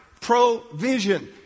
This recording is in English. provision